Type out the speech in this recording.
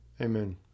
Amen